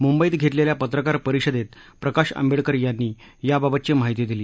मुंबईत घेतलेल्या पत्रकार परिषदेत प्रकाश आंबेडकर यांनी याबाबतची माहिती दिली